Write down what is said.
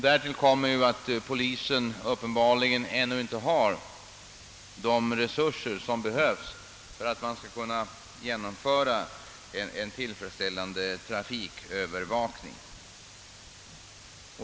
Därtill kommer att polisen uppenbarligen ännu inte har de resurser som behövs för att man skall kunna genomföra en tillfredsställande trafikövervakning.